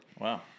Wow